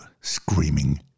Screaming